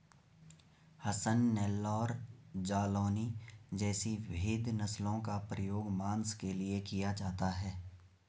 हसन, नेल्लौर, जालौनी जैसी भेद नस्लों का प्रयोग मांस के लिए किया जाता है